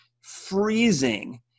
freezing